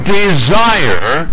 desire